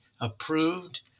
approved